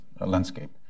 landscape